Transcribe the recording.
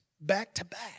back-to-back